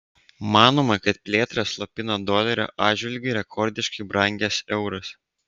manoma kad plėtrą slopina dolerio atžvilgiu rekordiškai brangęs euras